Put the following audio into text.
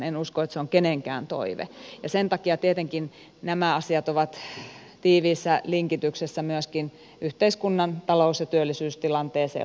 en usko että se on kenenkään toive ja sen takia tietenkin nämä asiat ovat tiiviissä linkityksessä myöskin yhteiskunnan talous ja työllisyystilanteeseen laajemmin